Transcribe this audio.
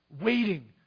waiting